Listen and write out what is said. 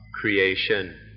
creation